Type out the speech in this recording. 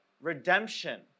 redemption